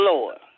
Lord